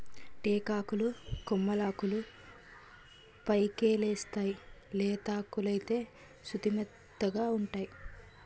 టేకాకులు కొమ్మలాకులు పైకెలేస్తేయ్ లేతాకులైతే సుతిమెత్తగావుంటై